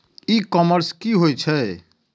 ई commerce की होय छेय?